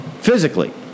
Physically